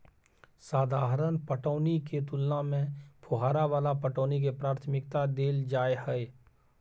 साधारण पटौनी के तुलना में फुहारा वाला पटौनी के प्राथमिकता दैल जाय हय